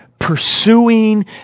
pursuing